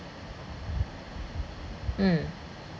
mm